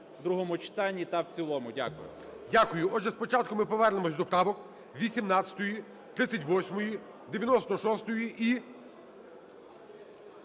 Дякую.